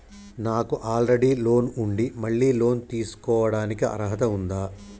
నాకు already loan ఉండి మళ్ళీ లోన్ తీసుకోవడానికి అర్హత ఉందా?